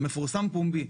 מפורסם פומבי.